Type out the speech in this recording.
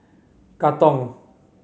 Katong